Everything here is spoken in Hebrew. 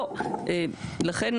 לכן,